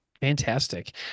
Fantastic